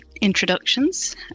introductions